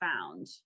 found